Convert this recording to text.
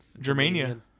Germania